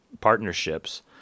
partnerships